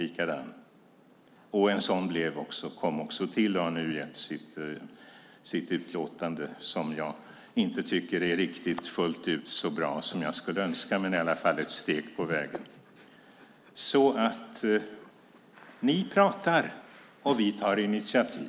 En sådan kom också till och har nu gett sitt utlåtande som jag inte tycker är riktigt fullt ut så bra som jag skulle önska men i alla fall ett steg på vägen. Ni pratar, och vi tar initiativ.